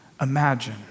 imagine